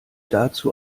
dazu